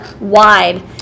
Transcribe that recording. wide